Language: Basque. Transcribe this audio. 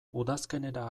udazkenera